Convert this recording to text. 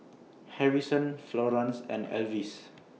Harrison Florance and Avis